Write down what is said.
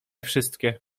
wszystkie